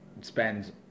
spends